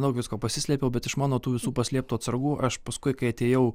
daug visko pasislėpiau bet iš mano tų visų paslėptų atsargų aš paskui kai atėjau